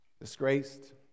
disgraced